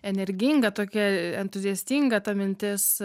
energinga tokia entuziastinga ta mintis